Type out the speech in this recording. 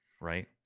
right